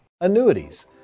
Annuities